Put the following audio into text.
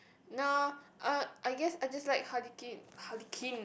no uh I guess I just like Harley-Quinn Harley-Quinn